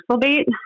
bait